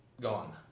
gone